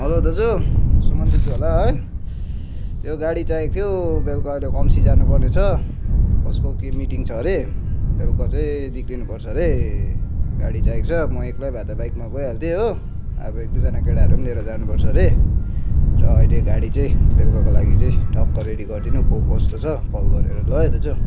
hello दाजु सुमन दाजु होला है त्यो गाडी चाहिएको थियो बेलुका अहिले कम्सी जानुपर्ने छ कस्को के मिटिङ छ अरे बेलुका चाहिँ निक्लिनु पर्छ अरे है गाडी चाहिएको छ म एक्लै भए त बाइकमा गइहाल्थेँ हो अब एक दुईजना केटाहरू पनि लिएर जानुपर्छ अरे र अहिले गाडी चाहिँ बेलुकाको लागि चाहिँ टक्क रेडी गरिदिनु को कस्तो छ कल गरेर ल है दाजु